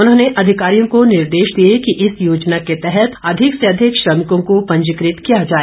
उन्होंने अधिकारियों को निर्देश दिए कि इस योजना के तहत अधिक से अधिक श्रमिकों को पंजीकृत किया जाए